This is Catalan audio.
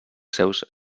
seus